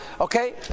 okay